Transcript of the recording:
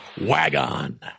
Wagon